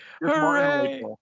Hooray